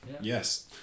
Yes